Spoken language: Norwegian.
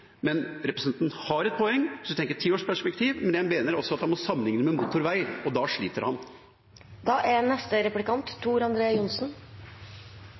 Men representanten har et poeng hvis en tenker i et tiårsperspektiv, men jeg mener også at han må sammenligne dette med motorveier, og da sliter